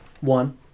One